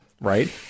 right